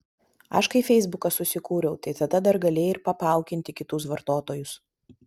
aš kai feisbuką susikūriau tai tada dar galėjai ir papaukinti kitus vartotojus